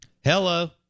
Hello